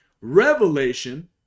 Revelation